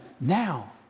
Now